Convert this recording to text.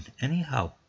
anyhow